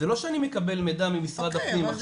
זה לא שאני לא מקבל מידע ממשרד הפנים.